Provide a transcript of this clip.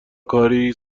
کاری